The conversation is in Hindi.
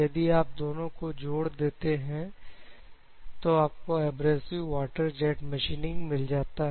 यदि आप दोनों को जोड़ देते हैं तो आपको एब्रेजिव वाटर जेट मशीनिंग मिल जाता है